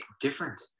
different